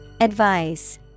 Advice